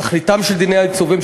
תכליתם של דיני העיצובים,